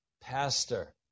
Pastor